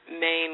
main